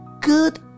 good